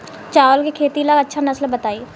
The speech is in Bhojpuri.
चावल के खेती ला अच्छा नस्ल बताई?